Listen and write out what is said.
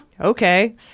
Okay